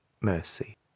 mercy